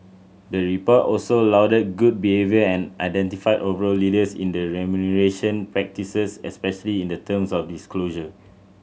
the report also lauded good behaviour and identified overall leaders in remuneration practices especially in the terms of disclosure